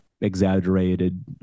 exaggerated